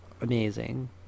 amazing